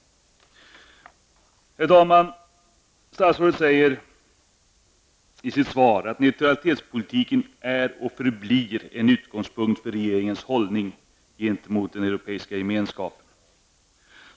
Herr talman! Statsrådet säger i sitt svar att neutralitetspolitiken är och förblir en utgångspunkt för regeringens hållning gentemot Europeiska gemenskapen.